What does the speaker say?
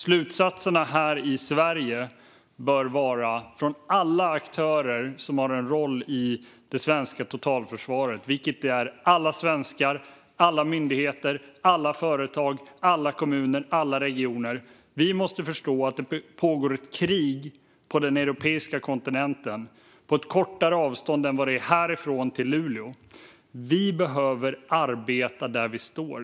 Slutsatserna här i Sverige från alla aktörer som har en roll i det svenska totalförsvaret, vilket är alla svenskar, alla myndigheter, alla företag, alla kommuner och alla regioner, bör vara att vi måste förstå att det pågår ett krig på den europeiska kontinenten på ett kortare avstånd än härifrån till Luleå. Vi behöver arbeta där vi står.